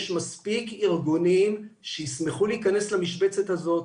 יש מספיק ארגונים שישמחו להיכנס למשבצת הזאת,